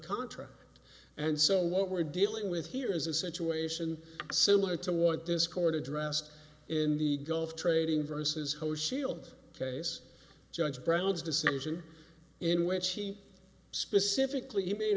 contract and so what we're dealing with here is a situation similar to what this court addressed in the gulf trading vs whole shield case judge brown's decision in which he specifically made